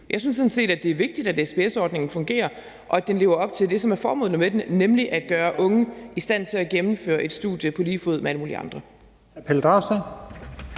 Jeg synes sådan set, det er vigtigt, at SPS-ordningen fungerer, og at den lever op til det, som er formålet med den, nemlig at gøre unge med en funktionsnedsættelse i stand til at gennemføre et studie på lige fod med alle mulige andre.